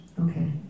okay